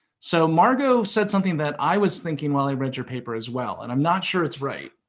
so margot said something that i was thinking while i read your paper as well, and i'm not sure it's right,